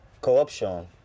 corruption